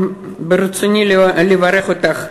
ברצוני לברך אותך,